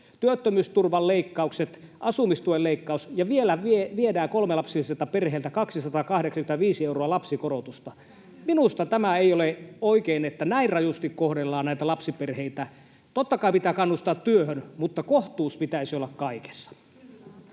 työttömyysturvan leikkaukset, asumistuen leikkaus, ja vielä viedään kolmilapsiselta perheeltä 285 euroa lapsikorotusta. [Vasemmalta: Kyllä!] Minusta tämä ei ole oikein, että näin rajusti kohdellaan näitä lapsiperheitä. Totta kai pitää kannustaa työhön, mutta kohtuus pitäisi olla kaikessa.